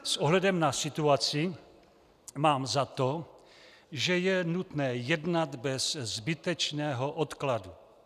S ohledem na situaci mám za to, že je nutné jednat bez zbytečného odkladu.